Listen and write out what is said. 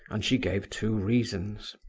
and she gave two reasons.